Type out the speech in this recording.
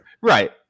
Right